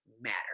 matter